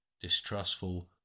distrustful